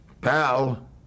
Pal